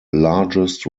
largest